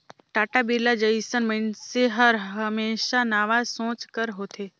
टाटा, बिरला जइसन मइनसे हर हमेसा नावा सोंच कर होथे